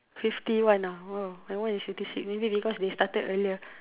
fifty one ah !wow! my one is fifty six maybe because they started earlier